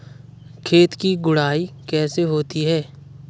खेत की गुड़ाई कैसे होती हैं?